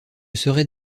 serait